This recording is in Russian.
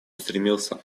стремился